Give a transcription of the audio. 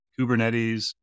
Kubernetes